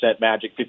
magic